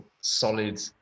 solid